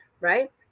right